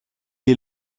est